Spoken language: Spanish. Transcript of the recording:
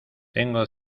tengo